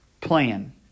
plan